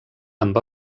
amb